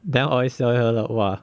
then I always tell her !wah!